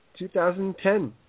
2010